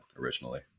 originally